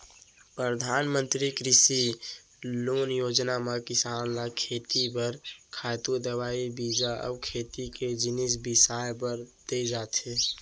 परधानमंतरी कृषि लोन योजना म किसान ल खेती बर खातू, दवई, बीजा अउ खेती के जिनिस बिसाए बर दे जाथे